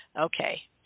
Okay